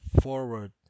forward